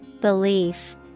Belief